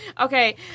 Okay